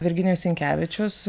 virginijus sinkevičius